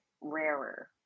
rarer